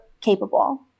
capable